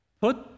put